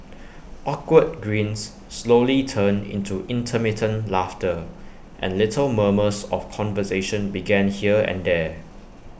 awkward grins slowly turned into intermittent laughter and little murmurs of conversation began here and there